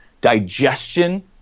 digestion